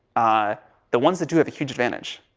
ah the ones that do have a huge advantage.